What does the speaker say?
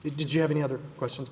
did you have any other questions